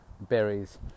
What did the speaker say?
berries